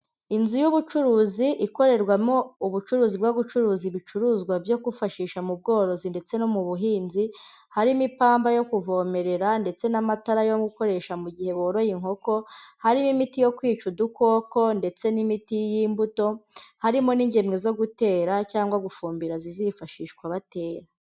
Inzu y'ubucuruzi ikorerwamo ubucuruzi bwo gucuruza ibicuruzwa byo kwifashisha mu bworozi ndetse no mu buhinzi, harimo ipamba yo kuvomerera ndetse n'amatara yo gukoresha mu gihe boroye inkoko, harimo imiti yo kwica udukoko ndetse n'imiti y'imbuto, harimo n'ingemwe zo gutera cyangwa gufumbira zizifashishwa batera.